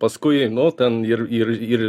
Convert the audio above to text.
paskui nu ten ir ir ir